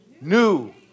new